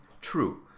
true